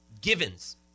givens